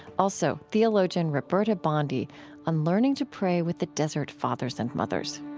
also, theologian roberta bondi on learning to pray with the desert fathers and mothers